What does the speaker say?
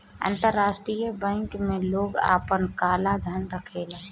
अंतरराष्ट्रीय बैंक में लोग आपन काला धन रखेला